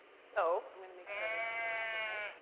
so i'm gonna make sure everything works okay.